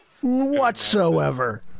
whatsoever